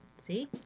See